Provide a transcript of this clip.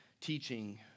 teaching